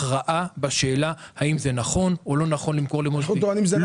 הכרעה בשאלה האם זה נכון או לא נכון למכור למוסדיים אגב,